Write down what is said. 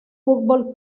fútbol